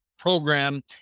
program